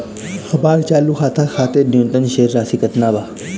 हमर चालू खाता खातिर न्यूनतम शेष राशि केतना बा?